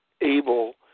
able